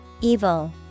Evil